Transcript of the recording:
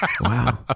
wow